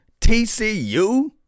TCU